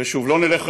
ו"שוב לא נלך,